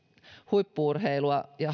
huippu urheilu ja